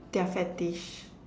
their fetish